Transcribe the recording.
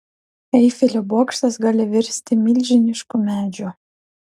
eifelio bokštas gali virsti milžinišku medžiu